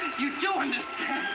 you do understand.